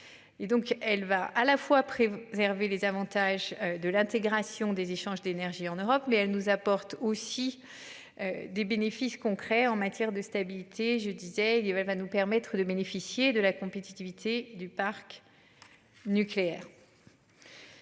elle va à la fois après vous réserver les avantages de l'intégration des échanges d'énergie en Europe mais elle nous apporte aussi. Des bénéfices concrets en matière de stabilité. Je disais il y avait va nous permettre de bénéficier de la compétitivité du parc. Nucléaire.